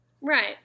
Right